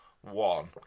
one